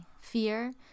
fear